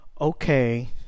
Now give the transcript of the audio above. okay